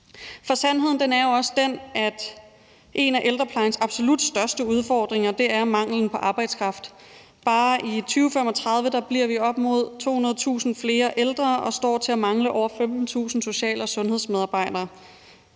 For sandheden er jo også den, at en af ældreplejens absolut største udfordringer er manglen på arbejdskraft. Bare i 2035 bliver vi op imod 200.000 flere ældre og står til at mangle over 15.000 social- og sundhedsmedarbejdere.